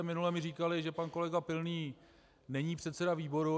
Minule jste mi říkali, že pan kolega Pilný není předseda výboru.